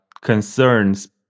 concerns